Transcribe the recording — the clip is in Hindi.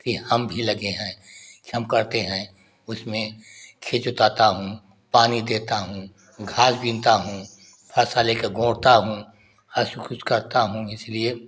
कि हम भी लगे हैं कि हम करते हैं उसमें खेत जोताता हूँ पानी देता हूँ घास बीनता हूँ फरसा लेके गोड़ता हूँ कुछ करता हूँ इसीलिए